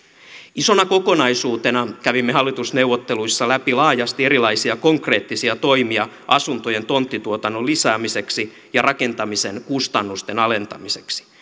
isona kokonaisuutena kävimme hallitusneuvotteluissa läpi laajasti erilaisia konkreettisia toimia asuntojen tonttituotannon lisäämiseksi ja rakentamisen kustannusten alentamiseksi